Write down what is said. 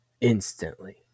instantly